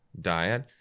diet